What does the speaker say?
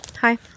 hi